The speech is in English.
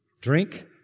drink